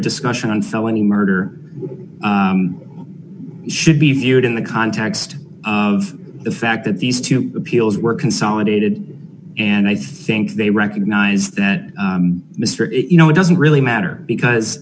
discussion on felony murder should be viewed in the context of the fact that these two appeals were consolidated and i think they recognize that mr it you know it doesn't really matter because